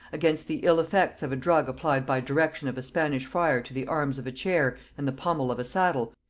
against the ill effects of a drug applied by direction of a spanish friar to the arms of a chair and the pommel of a saddle,